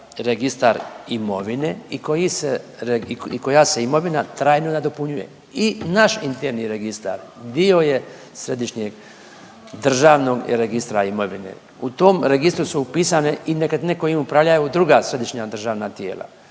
registar imovine i koji se, i koja se imovina trajno nadopunjuje. I naš interni registar dio je središnjeg državnog registra imovine. U tom registru su upisane i nekretnine kojim upravljaju druga središnja državna tijela,